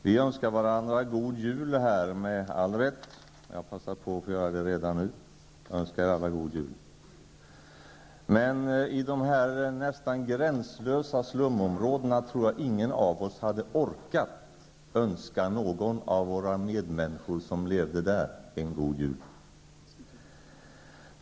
Vi önskar varandra med all rätt god jul här -- jag passar på att redan nu önska alla god jul -- men i dessa nästan gränslösa slumområden tror jag ingen av oss hade orkat önska någon av våra medmänniskor där en god jul.